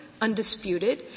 undisputed